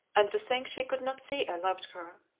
and to think she could not see i loved her!